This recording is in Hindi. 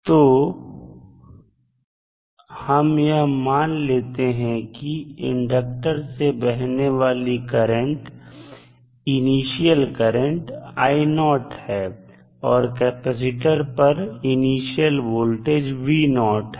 तो हम यह मान लेते हैं की इंडक्टर से बहने वाली इनिशियल करंट है और कैपेसिटर पर इनिशियल वोल्टेज है